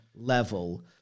level